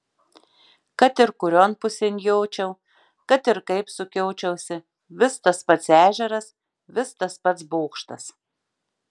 kad ir kurion pusėn jočiau kad ir kaip sukiočiausi vis tas pats ežeras vis tas pats bokštas